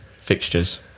fixtures